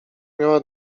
miała